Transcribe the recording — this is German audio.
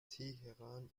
teheran